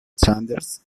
sanders